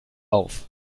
auf